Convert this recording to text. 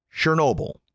Chernobyl